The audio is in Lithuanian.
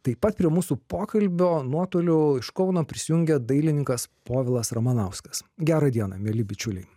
taip pat prie mūsų pokalbio nuotoliu iš kauno prisijungė dailininkas povilas ramanauskas gerą dieną mieli bičiuliai